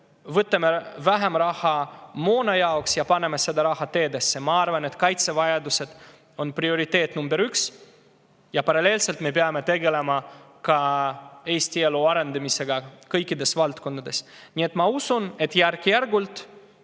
[jätame] vähem raha moona jaoks ja paneme selle raha teedesse. Ma arvan, et kaitsevajadused on prioriteet number üks. Paralleelselt me peame tegelema Eesti elu arendamisega kõikides valdkondades. Nii et ma usun, et järk-järgult